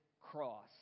cross